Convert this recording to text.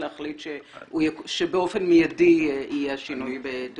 להחליט שבאופן מיידי יהיה השינוי בתעודת הזהות.